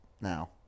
now